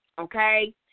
okay